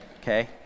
Okay